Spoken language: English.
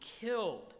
killed